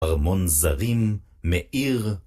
ארמון זרים, מאיר.